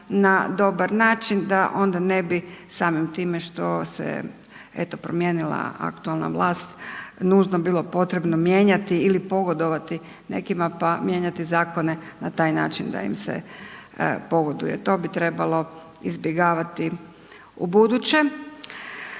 na dobar način da onda ne bi samim time što se eto promijenila aktualna vlast nužno bilo potrebno mijenjati ili pogodovati nekima pa mijenjati zakone na taj način da im se pogoduje. To bi trebalo izbjegavati ubuduće.